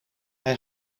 hij